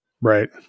Right